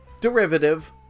derivative